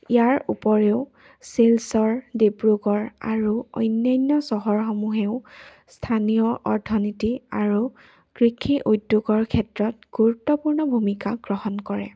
ইয়াৰ উপৰিও শিলচৰ ডিব্ৰুগড় আৰু অন্যান্য চহৰসমূহেও স্থানীয় অৰ্থনীতি আৰু কৃষি উদ্যোগৰ ক্ষেত্ৰত গুৰুত্বপূৰ্ণ ভূমিকা গ্ৰহণ কৰে